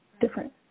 different